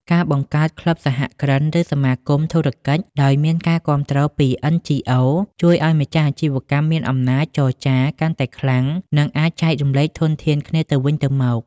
ការបង្កើត "ក្លឹបសហគ្រិន" ឬ "សមាគមធុរកិច្ច" ដោយមានការគាំទ្រពី NGOs ជួយឱ្យម្ចាស់អាជីវកម្មមានអំណាចចរចាកាន់តែខ្លាំង និងអាចចែករំលែកធនធានគ្នាទៅវិញទៅមក